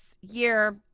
year